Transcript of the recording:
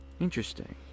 Interesting